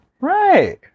Right